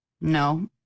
No